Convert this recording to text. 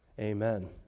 amen